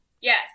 Yes